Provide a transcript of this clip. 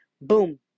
Boom